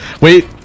Wait